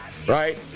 Right